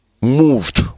moved